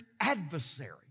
adversary